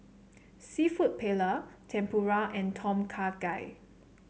seafood Paella Tempura and Tom Kha Gai